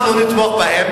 אנחנו נתמוך בהם,